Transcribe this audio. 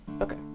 Okay